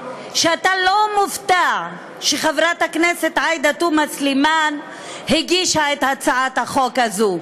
שאתה לא מופתע שחברת הכנסת עאידה תומא סלימאן הגישה את הצעת החוק הזאת,